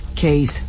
case